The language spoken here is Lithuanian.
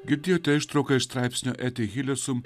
girdėjote ištrauką iš straipsnio eti hilesum